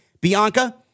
Bianca